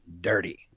dirty